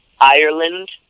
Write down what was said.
Ireland